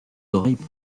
oreilles